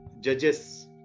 judges